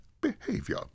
behavior